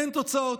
אין תוצאות.